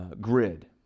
grid